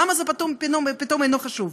למה זה פתאום לא חשוב?